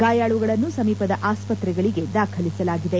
ಗಾಯಾಳುಗಳನ್ನು ಸಮೀಪದ ಆಸ್ಪತ್ರೆಗಳಿಗೆ ದಾಖಲಿಸಲಾಗಿದೆ